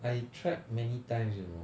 I tried many times you know